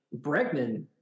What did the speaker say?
Bregman